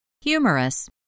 Humorous